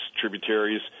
tributaries